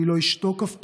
אני לא אשתוק אף פעם,